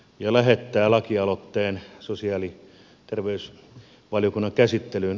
ja lähettää lakialoitteen sosiaali ja terveysvaliokunnan käsittelyyn